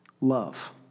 Love